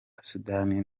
sudani